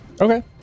Okay